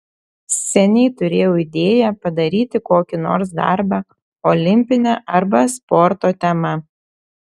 seniai turėjau idėją padaryti kokį nors darbą olimpine arba sporto tema